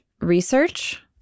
research